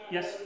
Yes